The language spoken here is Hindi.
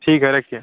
ठीक है रखिए